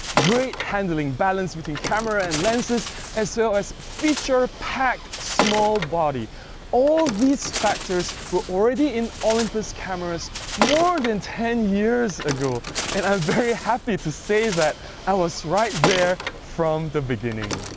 great handling balance between camera and lenses as well so as feature packed small body all these factors were already in olympus cameras more than ten years ago and i'm very happy to say that i was right there from the beginning.